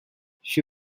she